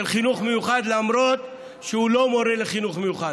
חינוך מיוחד למרות שהוא לא מורה לחינוך מיוחד,